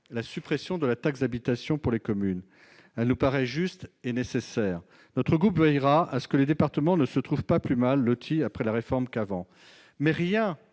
la suppression de la taxe d'habitation pour les communes : cette compensation nous paraît juste et nécessaire. Il veillera à ce que les départements ne se trouvent pas plus mal lotis après la réforme qu'avant. Mais rien